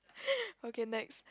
okay next